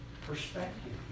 perspective